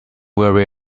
worry